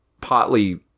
partly